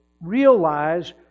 realize